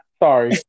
sorry